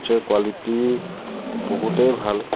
quality বহুতেই ভাল